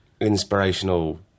inspirational